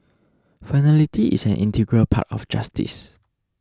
finality is an integral part of justice